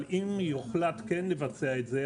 אבל אם יוחלט כן לבצע את זה,